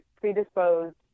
predisposed